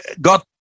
got